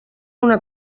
una